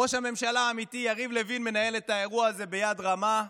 ראש הממשלה האמיתי יריב לוין מנהל את האירוע הזה ביד רמה,